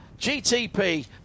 GTP